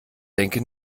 denke